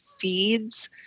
feeds